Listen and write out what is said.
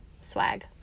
swag